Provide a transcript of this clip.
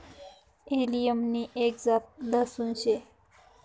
allium नि एक जात लहसून शे